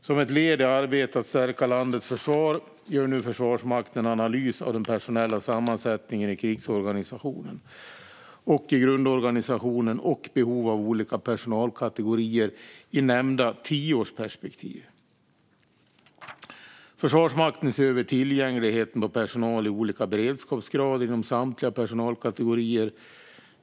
Som ett led i arbetet att stärka landets försvar gör nu Försvarsmakten en analys av den personella sammansättningen i krigsorganisationen och i grundorganisationen samt behov av olika personalkategorier i nämnda tioårsperspektiv. Försvarsmakten ser över tillgängligheten på personal i olika beredskapsgrader inom samtliga personalkategorier.